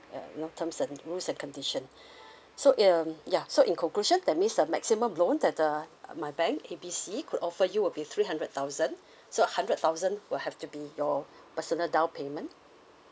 uh you know terms and rules and condition so e um ya so in conclusion that means the maximum loan that uh my bank A B C could offer you will be three hundred thousand so hundred thousand will have to be your personal down payment